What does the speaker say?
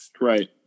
Right